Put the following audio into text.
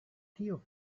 kio